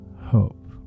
hope